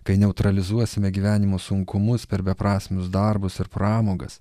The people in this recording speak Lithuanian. kai neutralizuosime gyvenimo sunkumus per beprasmius darbus ir pramogas